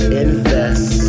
invest